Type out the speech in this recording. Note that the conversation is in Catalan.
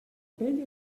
pell